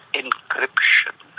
encryption